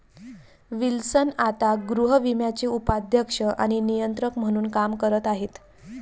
Wilson आता गृहविम्याचे उपाध्यक्ष आणि नियंत्रक म्हणून काम करत आहेत